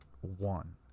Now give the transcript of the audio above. One